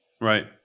Right